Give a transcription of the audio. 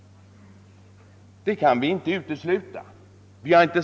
Det kan vi inte utesluta.